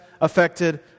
affected